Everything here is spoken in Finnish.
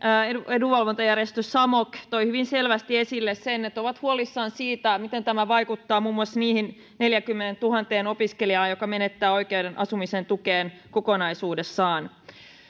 edunvalvontajärjestö samok toi hyvin selvästi esille sen että he ovat huolissaan siitä miten tämä vaikuttaa muun muassa niihin neljäänkymmeneentuhanteen opiskelijaan jotka menettävät oikeuden asumisen tukeen kokonaisuudessaan